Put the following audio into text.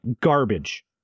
garbage